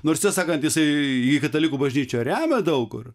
nors tiesą sakant jisai jį katalikų bažnyčia remia daug kur